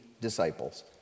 disciples